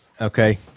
Okay